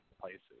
places